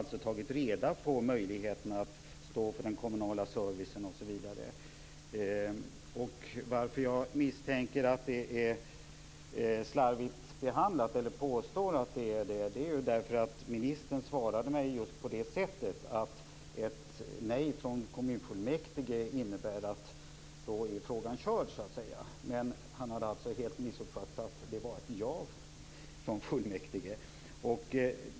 Den har tagit reda på möjligheterna att ordna den kommunala servicen osv. Anledningen till att jag påstår att behandlingen har varit slarvig är att ministern svarade mig på det sättet att ett nej från kommunfullmäktige innebär att frågan är avfärdad. Han hade alltså helt missuppfattat saken.